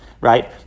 right